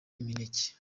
imineke